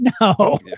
no